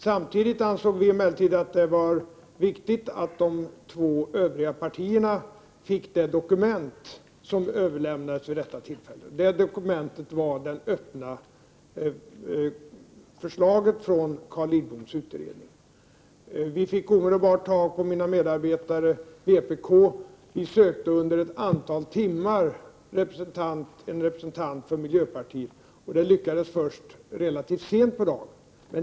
Samtidigt ansåg vi att det var viktigt att de två övriga partierna skulle få det dokument som överlämnades vid detta tillfälle, nämligen det öppna förslaget från Carl Lidboms utredning. Mina medarbetare fick omedelbart tag på vpk. Vi sökte också under ett antal timmar efter en representant från miljöpartiet. Det lyckades först relativt sent på dagen.